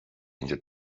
angel